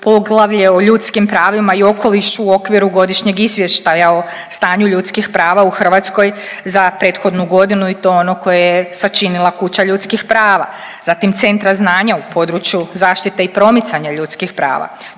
poglavlje o ljudskim pravima i okolišu u okviru godišnjeg izvještaja o stanju ljudskih prava u Hrvatskoj za prethodnu godinu i to ono koje je sačinila kuća ljudskih prava, zatim centra znanja u području zaštite i promicanja ljudskih prava.